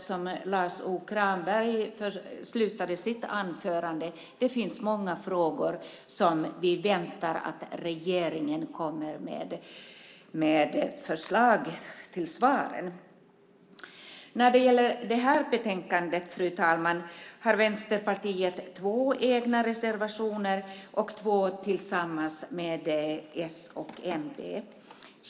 Som Lars U Granberg avslutade sitt anförande med finns det många frågor där vi väntar att regeringen kommer med förslag till svar. Fru talman! När det gäller det här betänkandet har Vänsterpartiet två egna reservationer och två tillsammans med s och mp.